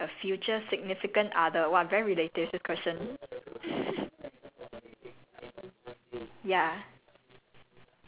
okay that's the last silly I have what is the worst way to meet a future significant other !wah! very relative this question